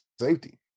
safety